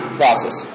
process